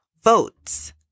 votes